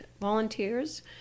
volunteers